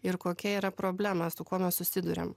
ir kokia yra problema su kuo mes susiduriam